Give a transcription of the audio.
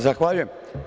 Zahvaljujem.